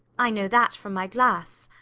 i know that from my glass.